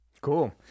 Cool